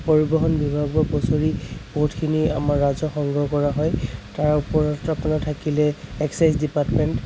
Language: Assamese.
পৰিবহণ বিভাগৰ বছৰি বহুতখিনি আমাৰ ৰাজহ সংগ্ৰহ কৰা হয় তাৰ উপৰি আমাৰ থাকিলে এক্সাইছ ডিপাৰ্টমেণ্ট